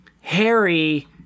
Harry